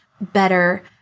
better